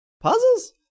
Puzzles